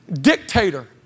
dictator